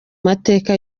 mateka